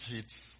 kids